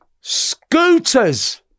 Scooters